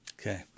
Okay